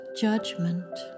judgment